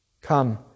Come